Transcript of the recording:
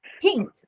pink